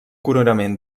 coronament